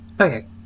Okay